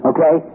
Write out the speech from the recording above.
Okay